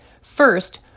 First